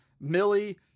Millie